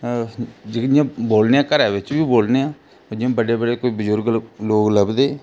जेह्ड़ी इ'यां बोलने आं घरा बिच बी बोलने आं जि'यां बड्डे बड्डे कोई बुजुर्ग लो लोग लभदे